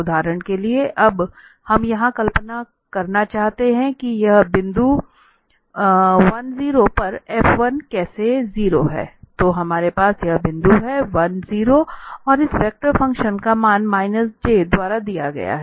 उदाहरण के लिए अब हम यहाँ कल्पना करना चाहते हैं कि इस बिंदु 10 पर F1 0 कैसे है तो हमारे पास यह बिंदु है 10 और इस वेक्टर फ़ंक्शन का मान j द्वारा दिया गया है